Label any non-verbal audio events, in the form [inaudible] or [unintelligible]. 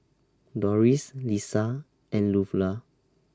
Doris Lissa and [unintelligible]